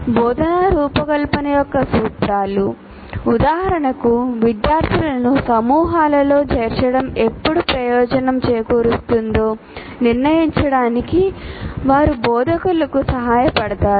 బోధనా రూపకల్పన యొక్క సూత్రాలు ఉదాహరణకు విద్యార్థులను సమూహాలలో చేర్చడం ఎప్పుడు ప్రయోజనం చేకూరుస్తుందో నిర్ణయించడానికి వారు బోధకులకు సహాయపడతారు